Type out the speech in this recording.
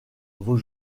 vos